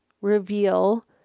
reveal